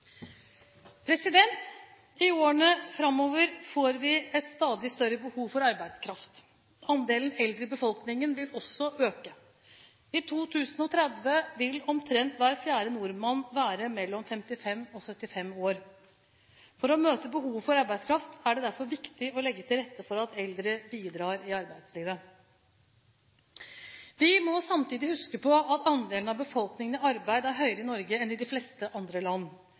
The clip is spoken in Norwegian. tid. I årene framover får vi et stadig større behov for arbeidskraft. Andelen eldre i befolkningen vil også øke. I 2030 vil omtrent hver fjerde nordmann være mellom 55 og 75 år. For å møte behovet for arbeidskraft er det derfor viktig å legge til rette for at eldre bidrar i arbeidslivet. Vi må samtidig huske på at andelen av befolkningen i arbeid er høyere i Norge enn i de fleste andre land.